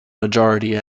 majority